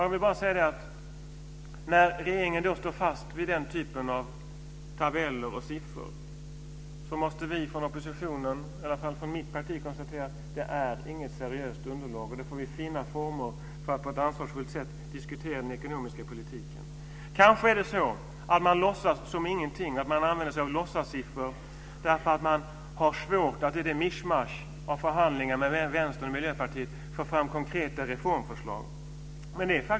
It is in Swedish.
Jag vill bara säga att när regeringen står fast vid den typen av tabeller och siffror måste vi från oppositionen, i varje fall från mitt parti, konstatera att det inte är något seriöst underlag. Vi får finna former för att på ett ansvarsfullt sätt diskutera den ekonomiska politiken. Kanske är det så att man låtsas som ingenting, att man använder sig av låtsassiffror därför att man har svårt att i mischmaschet av förhandlingar med Vänstern och Miljöpartiet få fram konkreta reformförslag.